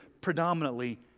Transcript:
predominantly